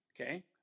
Okay